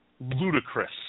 ludicrous